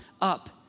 up